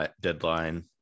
deadline